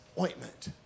ointment